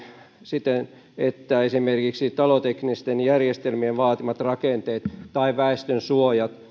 siten että esimerkiksi taloteknisten järjestelmien vaatimat rakenteet tai väestönsuojat